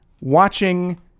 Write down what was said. watching